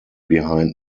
behind